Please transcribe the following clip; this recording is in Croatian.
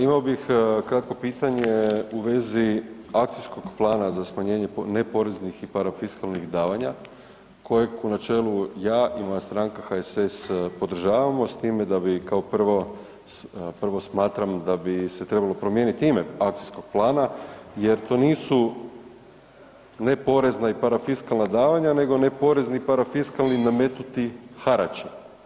Imao bih kratko pitanje u vezi akcijskog plana za smanjenje neporeznih i parafiskalnih davanja kojeg u načelu ja i moja stranka HSS podržavamo, s time da bi, kao prvo, smatram da bi se trebalo promijeniti ime akcijskog plana jer to nisu neporezna i parafiskalna davanja nego neporezni i parafiskalni nametnuti harač.